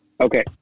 Okay